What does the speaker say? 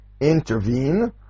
intervene